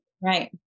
Right